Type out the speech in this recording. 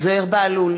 זוהיר בהלול,